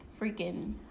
freaking